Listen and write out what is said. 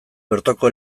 bertoko